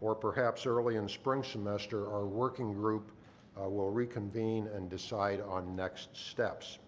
or perhaps early in spring semester, our working group will reconvene and decide on the next steps.